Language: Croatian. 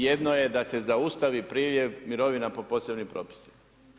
Jedno je da se zaustavi priljev mirovina po posebnim propisima.